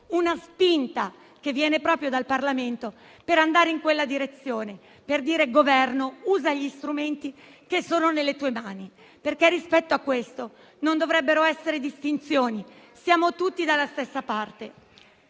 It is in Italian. una spinta che viene proprio dal Parlamento, per andare in quella direzione, per dire al Governo di usare gli strumenti che sono nelle sue mani. Rispetto a questo non dovrebbero esserci distinzioni: siamo tutti dalla stessa parte.